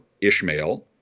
Ishmael